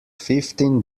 fifteen